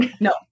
No